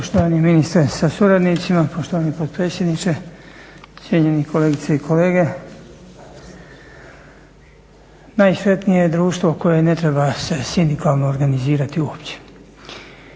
Poštovani ministre sa suradnicima, poštovani potpredsjedniče, cijenjeni kolegice i kolege. Najsretnije je društvo koje ne treba se sindikalno organizirati uopće.